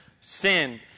sin